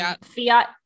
Fiat